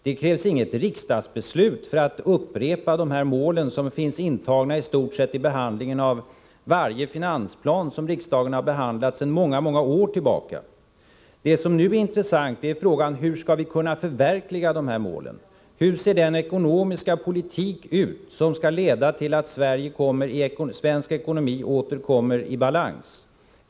Det krävs inget riksdagsbeslut för att upprepa dessa mål, som finns intagna i stort sett i varje finansplan som riksdagen har behandlat sedan många många år tillbaka. Det som nu är intressant är frågan hur vi skall kunna förverkliga de här målen. Hur ser den ekonomiska politik ut som skall leda till att svensk ekonomi åter kommer i balans?